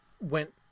went